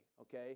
okay